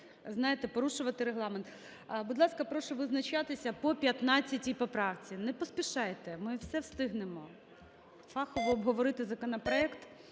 знаєте, порушувати Регламент. Будь ласка, прошу визначатися по 15 поправці. Не поспішайте, ми все встигнемо: фахово обговорити законопроект